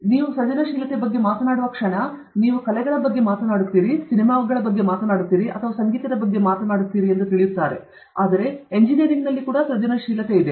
ಆದ್ದರಿಂದ ನೀವು ಸೃಜನಶೀಲತೆ ಬಗ್ಗೆ ಮಾತನಾಡುವ ಕ್ಷಣ ನೀವು ಕಲೆಗಳ ಬಗ್ಗೆ ಮಾತನಾಡುತ್ತೀರಿ ನೀವು ಸಿನೆಮಾಗಳ ಬಗ್ಗೆ ಮಾತನಾಡುತ್ತೀರಿ ನೀವು ಸಂಗೀತದ ಬಗ್ಗೆ ಮಾತನಾಡುತ್ತೀರಿ ಆದರೆ ಇಂಜಿನಿಯರಿಂಗ್ನಲ್ಲಿ ಸೃಜನಶೀಲತೆ ಕೂಡ ಇದೆ